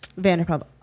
Vanderpump